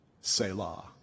Selah